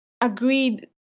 agreed